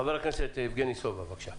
חבר הכנסת יבגני סובה, בבקשה.